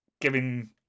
giving